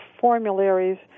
formularies